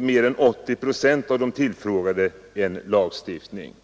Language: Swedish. mer än 80 procent av de tillfrågade en lagstiftning.